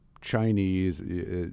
Chinese